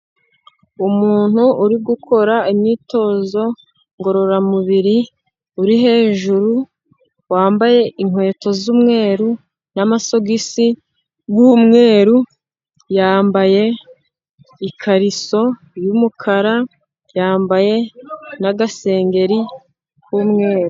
Umuntu uri gukora imyitozo ngororamubiri ,uri hejuru yambaye inkweto z'umweru n'amasogisi y'umweru , yambaye ikariso yumukara ,yambaye n'agasengeri k'umweru.